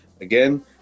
Again